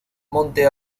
monte